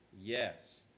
Yes